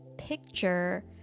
picture